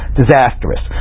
disastrous